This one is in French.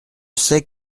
sais